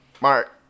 Mark